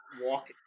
walk